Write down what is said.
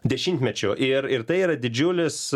dešimtmečių ir ir tai yra didžiulis